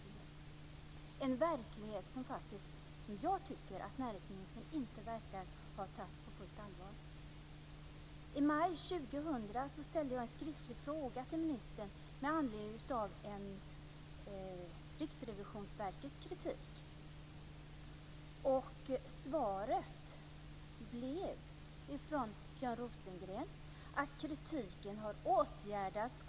Det är en verklighet som jag tycker att näringsministern inte verkar ha tagit på fullt allvar. I maj 2000 ställde jag en skriftlig fråga till ministern med anledning av Riksrevisionsverkets kritik. Svaret från Björn Rosengren blev att kritiken har hörsammats och att AMS och Samhall har vidtagit åtgärder.